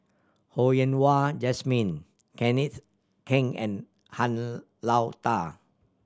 Ho Yen Wah Jesmine Kenneth Keng and Han Lao Da